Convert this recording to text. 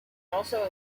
also